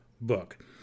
Book